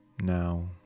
Now